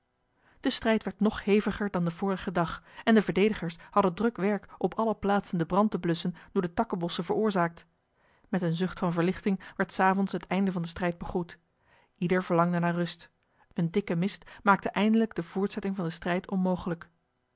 de strijd werd nog heviger dan den vorigen dag en de verdedigers hadden druk werk op alle plaatsen den brand te blusschen door de takkenbossen veroorzaakt met een zucht van verlichting werd s avonds het einde van den strijd begroet ieder verlangde naar rust een dikke mist maakte eindelijk de voortzetting van den strijd onmogelijk